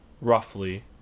roughly